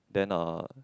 then uh